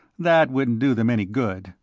that wouldn't do them any good,